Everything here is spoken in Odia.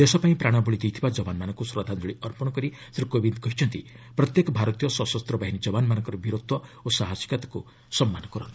ଦେଶପାଇଁ ପ୍ରାଣବଳି ଦେଇଥିବା ଯବାନମାନଙ୍କୁ ଶ୍ରଦ୍ଧାଞ୍ଜଳି ଅର୍ପଣ କରି ଶ୍ରୀ କୋବିନ୍ଦ୍ କହିଛନ୍ତି ପ୍ରତ୍ୟେକ ଭାରତୀୟ ସଶସ୍ତ ବାହିନୀ ଯବାନମାନଙ୍କର ବୀରତ୍ୱ ଓ ସାହସିକତାକୁ ସମ୍ମାନ କରନ୍ତି